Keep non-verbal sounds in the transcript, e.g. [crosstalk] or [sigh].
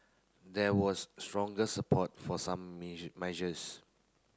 there was stronger support for some [unintelligible] measures